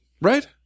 Right